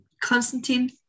Constantine